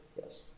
yes